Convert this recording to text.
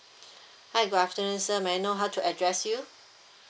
hi good afternoon sir may I know how to address you